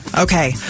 Okay